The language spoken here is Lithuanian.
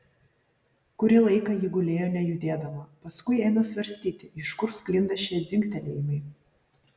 kurį laiką ji gulėjo nejudėdama paskui ėmė svarstyti iš kur sklinda šie dzingtelėjimai